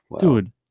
Dude